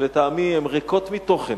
שלטעמי הן ריקות מתוכן,